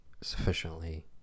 sufficiently